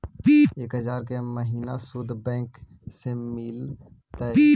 एक हजार के महिना शुद्ध बैंक से मिल तय?